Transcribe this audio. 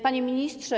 Panie Ministrze!